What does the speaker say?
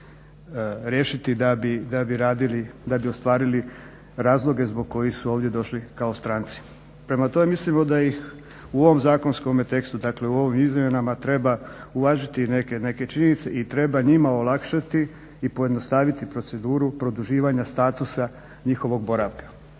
da bi ostvarili razloge zbog kojih su ovdje došli kao stranci. Prema tome mislimo da ih u ovome zakonskom tekstu dakle u ovim izmjenama treba uvažiti neke činjenice i treba njima olakšati i pojednostaviti proceduru produživanja statusa njihovog boravka.